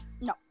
no